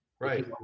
Right